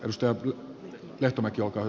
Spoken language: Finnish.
risto lehtomäki joka on